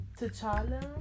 T'Challa